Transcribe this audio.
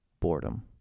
boredom